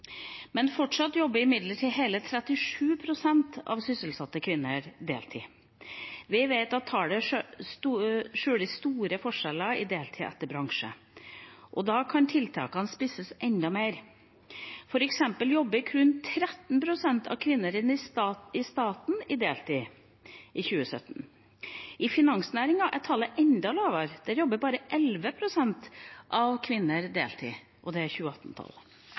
Men fortsatt jobber imidlertid hele 37 pst. av sysselsatte kvinner deltid. Vi vet at tallet skjuler store forskjeller i deltid etter bransje, og da kan tiltakene spisses enda mer. For eksempel jobbet kun 13 pst. av kvinner i staten deltid i 2017. I finansnæringen er tallet enda lavere, der jobber bare 11 pst. av kvinner deltid, ifølge 2018-tall. I kommunesektoren derimot jobber annenhver kvinne deltid, og